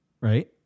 Right